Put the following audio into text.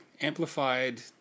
amplified